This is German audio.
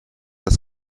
das